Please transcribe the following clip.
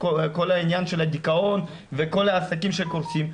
כל העניין של הדיכאון וכל העסקים שקורסים,